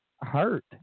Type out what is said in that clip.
hurt